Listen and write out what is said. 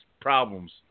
problems